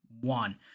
one